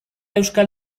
euskal